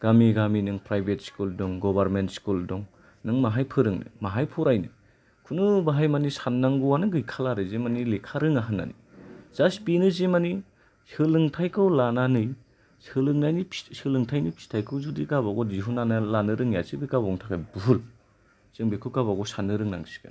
गामि गामि नों प्राइबेट स्कुल दं गभमेन्ट स्कुल दं नों माहाय फोरोंनो माहाय फरायनो खुनु बाहाय माने साननांगौआनो गैखाला आरो जे मानि लेखा रोङा होननानै जास बेनो जे मानि सोलोंथायखौ लानानै सोलोंनायनि फि सोलोंथायनि फिथायखौ जुदि गावबागाव दिहुननानै लानो रोङिआसो बे गावगावनि थाखाय बुहुल जों बेखौ गावबागाव साननो रोंनांसिगोन